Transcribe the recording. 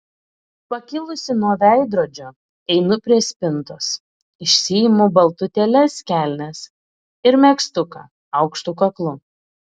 pakilusi nuo veidrodžio einu prie spintos išsiimu baltutėles kelnes ir megztuką aukštu kaklu